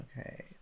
Okay